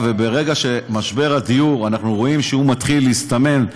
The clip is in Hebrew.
וברגע שאנחנו רואים שמשבר הדיור מתחיל להסתמן,